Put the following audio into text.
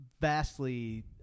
vastly